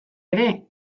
ere